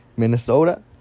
Minnesota